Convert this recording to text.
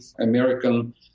American